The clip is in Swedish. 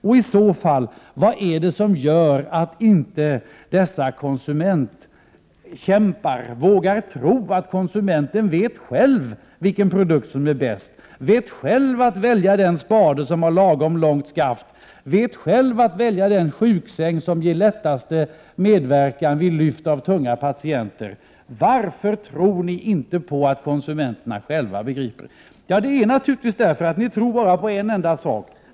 Och i så fall: Vad är det som gör att inte dessa konsumentkämpar vågar tro på att konsumenten själv vet vilken produkt som är bäst, att välja den spade som har ett lagom långt skaft, att välja den sjuksäng som ger lättaste medverkan vid lyft av tunga patienter? Varför tror ni inte på att konsumenterna begriper detta? Ja, ni tror naturligtvis bara på en enda sak.